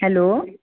hello